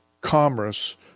commerce